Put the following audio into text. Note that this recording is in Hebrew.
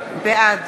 בעד